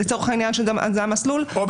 לצורך העניין שזה המסלול או לפי פקודת הגבייה.